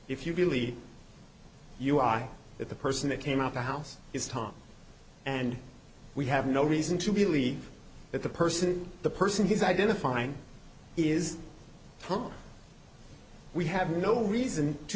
if you really you are the person that came out the house is tom and we have no reason to believe that the person the person is identifying is probably we have no reason to